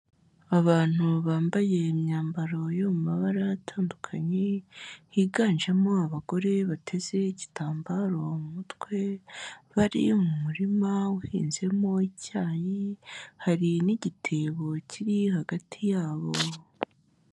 Abantu bambaye imyambaro yo mu mabara atandukanye, higanjemo abagore bateze igitambaro mu mutwe, bari mu murima uhinzemo icyayi, hari n'igitebo kiri hagati yabo.